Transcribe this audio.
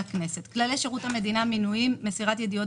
הכנסת כללי שירות מדינה (מינויים)(מסירת ידיעות